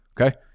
okay